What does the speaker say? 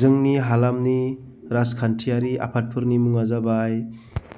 जोंनि हालामनि राजखान्थियारि आफादफोरनि मुंआ जाबाय